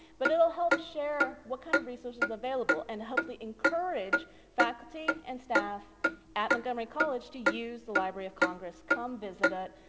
but it will help share what kind of resources are available and hopefully encourage faculty and staff at montgomery college to use the library of congress, come visit it,